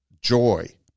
joy